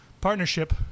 partnership